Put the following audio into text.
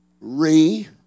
Re